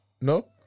no